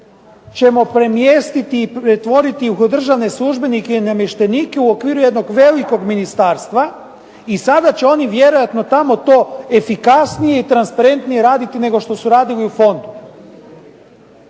ćemo premjestiti i pretvoriti ih u državne službenike i namještenike u okviru jednog velikog ministarstva i sada će oni vjerojatno tamo to efikasnije i transparentnije raditi nego što su radili u fondu.